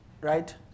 Right